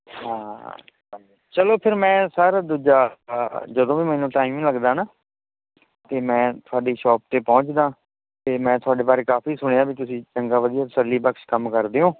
ਹਾਂ ਚਲੋ ਫਿਰ ਮੈਂ ਸਰ ਦੂਜਾ ਜਦੋਂ ਵੀ ਮੈਨੂੰ ਟਾਈਮ ਲੱਗਦਾ ਨਾ ਤਾਂ ਮੈਂ ਤੁਆਡੀ ਸ਼ੋਪ 'ਤੇ ਪਹੁੰਚਦਾ ਅਤੇ ਮੈਂ ਤੁਹਾਡੇ ਬਾਰੇ ਕਾਫ਼ੀ ਸੁਣਿਆ ਵੀ ਤੁਸੀਂ ਚੰਗਾ ਵਧੀਆ ਤਸੱਲੀਬਖਸ਼ ਕੰਮ ਕਰਦੇ ਹੋ